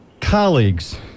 colleagues